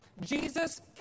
Jesus